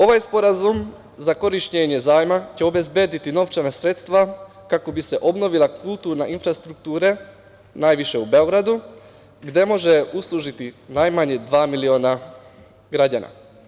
Ovaj sporazum za korišćenje zajma će obezbediti novčana sredstva kako bi se obnovila kulturna infrastruktura, najviše u Beogradu, gde može uslužiti najmanje dva miliona građana.